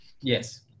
Yes